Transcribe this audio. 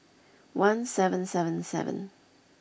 one seven seven seven